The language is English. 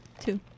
Two